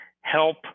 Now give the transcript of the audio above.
help